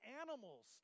animals